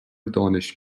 دانش